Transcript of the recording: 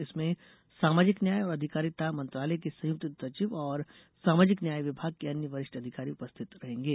इसमें सामाजिक न्याय और अधिकारिता मंत्रालय के संयुक्त सचिव और सामाजिक न्याय विभाग के अन्य वरिष्ठ अधिकारी उपस्थित रहेंगे